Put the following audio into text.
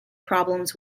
problems